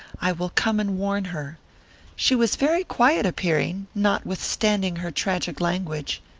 i will come and warn her she was very quiet-appearing, notwithstanding her tragic language.